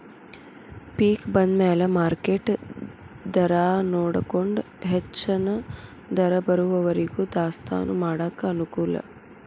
ಪಿಕ್ ಬಂದಮ್ಯಾಲ ಮಾರ್ಕೆಟ್ ದರಾನೊಡಕೊಂಡ ಹೆಚ್ಚನ ದರ ಬರುವರಿಗೂ ದಾಸ್ತಾನಾ ಮಾಡಾಕ ಅನಕೂಲ